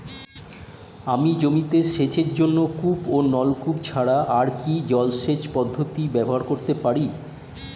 আমি জমিতে সেচের জন্য কূপ ও নলকূপ ছাড়া আর কি জলসেচ পদ্ধতি ব্যবহার করতে পারি?